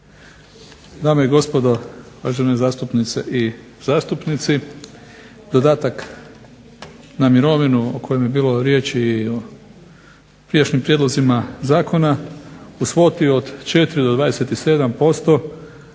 Dame i gospodo, uvažene zastupnice i zastupnici, dodatak na mirovinu o kojem je bilo riječi i u prijašnjim prijedlozima zakona u stopi od 4 do 27%